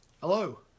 Hello